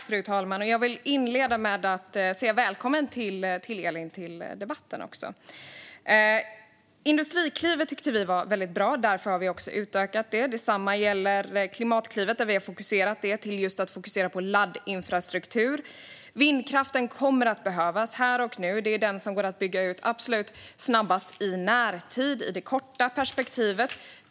Fru talman! Jag vill inleda med att hälsa ledamoten Elin Söderberg välkommen till debatten. Industriklivet tyckte vi var väldigt bra, därför har vi utökat det. Detsamma gäller Klimatklivet som vi har fokuserat till just laddinfrastruktur. Vindkraften kommer att behövas här och nu; det är den som går att bygga ut absolut snabbast i det korta perspektivet.